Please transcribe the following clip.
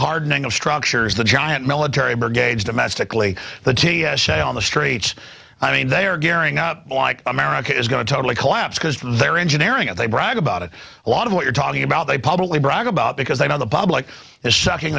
hardening of structures the giant military brigades domestically the t s a on the streets i mean they are gearing up like america is going to totally collapse because they're engineering and they brag about it a lot of what you're talking about they publicly brag about because they know the public is sucking